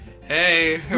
Hey